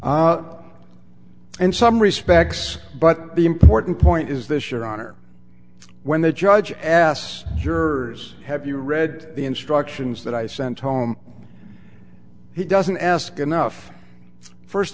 in some respects but the important point is this your honor when the judge asked jurors have you read the instructions that i sent home he doesn't ask enough first